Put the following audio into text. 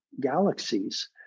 galaxies